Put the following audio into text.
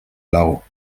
lau